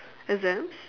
exams